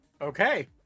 Okay